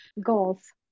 goals